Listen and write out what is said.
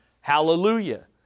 Hallelujah